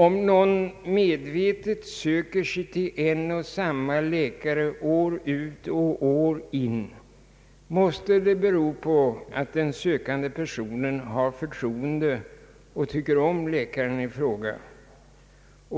Om någon medvetet söker samma läkare år ut och år in måste det bero på att den sökande har förtroende och tycker om läkaren i fråga.